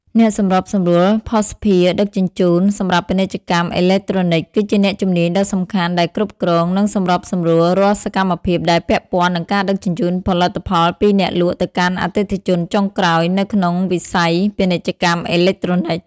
អ្នកសម្របសម្រួលភស្តុភារដឹកជញ្ជូនសម្រាប់ពាណិជ្ជកម្មអេឡិចត្រូនិក គឺជាអ្នកជំនាញដ៏សំខាន់ដែលគ្រប់គ្រង និងសម្របសម្រួលរាល់សកម្មភាពដែលពាក់ព័ន្ធនឹងការដឹកជញ្ជូនផលិតផលពីអ្នកលក់ទៅកាន់អតិថិជនចុងក្រោយនៅក្នុងវិស័យពាណិជ្ជកម្មអេឡិចត្រូនិក។